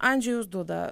andžejus duda